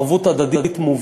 בהם ערבות הדדית מובנית,